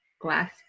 Glass